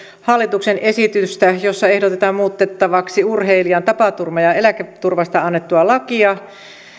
hallituksen esitystä jossa ehdotetaan muutettavaksi urheilijan tapaturma ja eläketurvasta annettua lakia